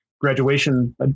graduation